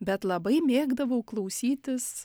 bet labai mėgdavau klausytis